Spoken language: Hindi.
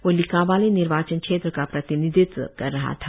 वह लिकाबाली निर्वाचन क्षेत्र का प्रतिनिधित्व कर रहा था